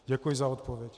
Děkuji za odpověď.